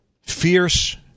fierce